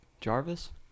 Jarvis